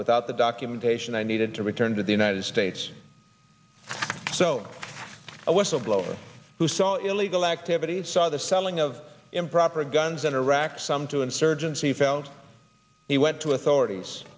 without the documentation i needed to return to the united states so a whistleblower who saw illegal activities saw the selling of improper once in iraq some two insurgency found he went to authorities